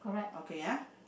okay ah